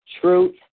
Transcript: truth